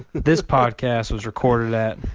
this podcast was recorded at.